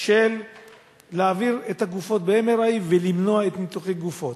של העברת הגופות ב-MRI ולמניעת ניתוחי הגופות.